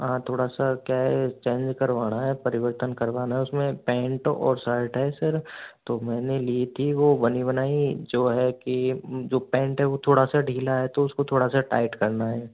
थोड़ा सा क्या है चेंज करवाना है परिवर्तन करवाना है उसमें पेंट और शर्ट है सर तो मैंने ली थी वो बनी बनाई जो हैं कि जो पेंट है वो थोड़ा सा ढीला है तो उसको थोड़ा सा टाइट करना है